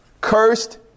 cursed